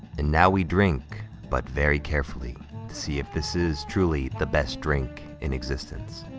and now we drink, but very carefully, to see if this is truly the best drink in existence.